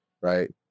right